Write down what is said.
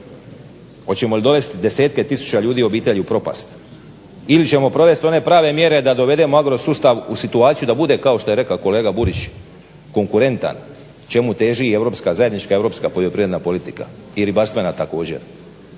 Hoćemo li dovesti desetke tisuća ljudi i obitelji u propast? Ili ćemo provesti one prave mjere da dovedemo agro-sustav u situaciju da bude kao što je rekao kolega Burić konkurentan, čemu teži i zajednička europska poljoprivredna politika i ribarstvena također?